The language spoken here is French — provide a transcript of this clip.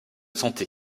santé